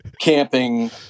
camping